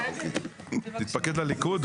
האמת שזה נושא מאוד כאוב של שלושת היישובים,